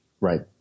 Right